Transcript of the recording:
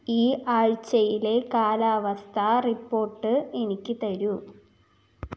ഈ ആഴ്ചയിലെ കാലാവസ്ഥാ റിപ്പോർട്ട് എനിക്ക് തരൂ